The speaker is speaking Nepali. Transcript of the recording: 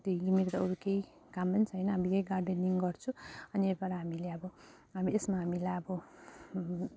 त्यही मेरो त अरू केही काम पनि छैन अब यही गार्डनिङ गर्छु अनि यहीबाट हामीले अब हामी यसमा हामीले अब